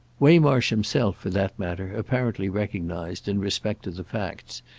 waymarsh himself, for that matter, apparently recognised, in respect to the facts,